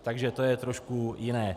Takže to je trošku jiné.